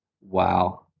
Wow